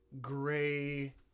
gray